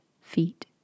feet